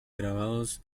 grabados